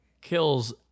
kills